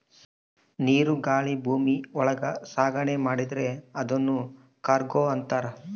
ನೀರು ಗಾಳಿ ಭೂಮಿ ಒಳಗ ಸಾಗಣೆ ಮಾಡಿದ್ರೆ ಅದುನ್ ಕಾರ್ಗೋ ಅಂತಾರ